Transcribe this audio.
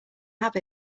have